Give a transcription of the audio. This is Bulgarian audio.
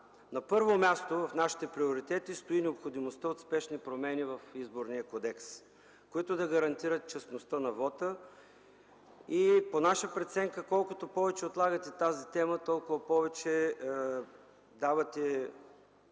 На първо място в нашите приоритети стои необходимостта от спешни промени в Изборния кодекс, които да гарантират честността на вота. По наша преценка колкото повече отлагате тази тема, толкова повече давате